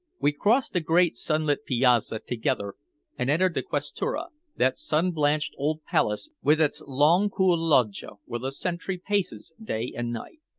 we crossed the great sunlit piazza together and entered the questura, that sun-blanched old palace with its long cool loggia where the sentry paces day and night.